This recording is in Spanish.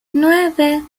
nueve